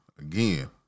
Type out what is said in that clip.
again